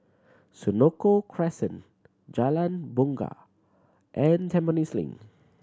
Senoko Crescent Jalan Bungar and Tampines Link